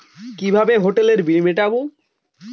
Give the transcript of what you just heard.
কিভাবে হোটেলের বিল মিটাব?